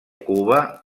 cuba